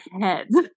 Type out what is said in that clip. heads